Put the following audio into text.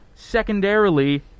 secondarily